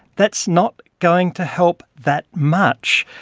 that's not going to help that much.